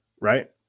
right